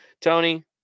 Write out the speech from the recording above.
Tony